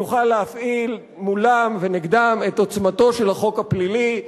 נוכל להפעיל מולם ונגדם את עוצמתו של החוק הפלילי,